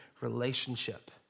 relationship